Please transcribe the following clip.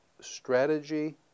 Strategy